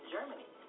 Germany